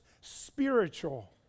spiritual